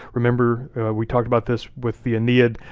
remember we talked about this with the aeneid,